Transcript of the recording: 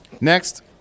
Next